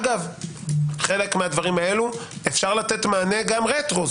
אגב חלק מהדברים האלה אפשר לתת מענה גם רטרו.